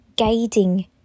guiding